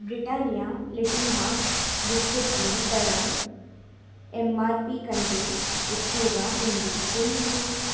Britannia Little Hearts బిస్కెట్ల ధర MRP కంటే ఎక్కువగా ఉంది ఎందుకు